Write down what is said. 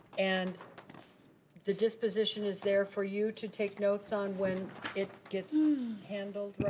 and the disposition is there for you to take notes on when it gets handled.